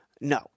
No